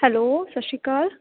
hello ਸਤਿ ਸ਼੍ਰੀ ਅਕਾਲ